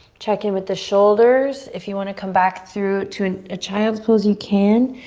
check in with the shoulders. if you want to come back through to a child's pose, you can.